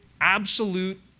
absolute